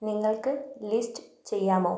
നിങ്ങൾക്ക് ലിസ്റ്റ് ചെയ്യാമോ